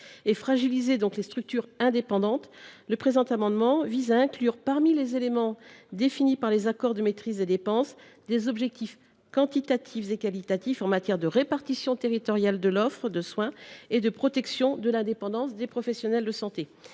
et fragiliser les structures indépendantes. Aussi, le présent amendement vise à inclure dans les accords de maîtrise des dépenses des objectifs quantitatifs et qualitatifs en matière de répartition territoriale de l’offre de soins et de protection de l’indépendance des professionnels de santé.